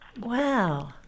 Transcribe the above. Wow